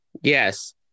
Yes